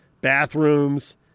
Bathrooms